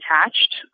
attached